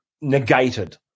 negated